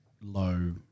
low